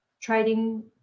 trading